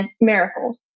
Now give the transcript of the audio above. miracles